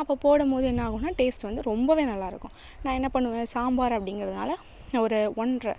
அப்போ போடும்போது என்ன ஆகும்னா டேஸ்ட் வந்து ரொம்பவே நல்லா இருக்கும் நான் என்ன பண்ணுவேன் சாம்பார் அப்படிங்கிறதுனால ஒரு ஒன்றை